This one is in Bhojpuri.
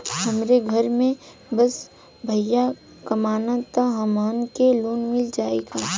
हमरे घर में बस भईया कमान तब हमहन के लोन मिल जाई का?